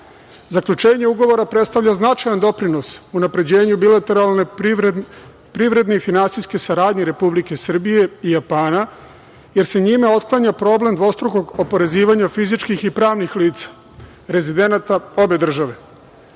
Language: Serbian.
izbegavanja. Zaključenje ugovora predstavlja značajan doprinos unapređenju bilateralne, privredne i finansijske saradnje Republike Srbije i Japana, jer se njima otklanja problem dvostrukog oporezivanja fizičkih i pravnih lica, rezidenata obe države. Ugovor